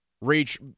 reach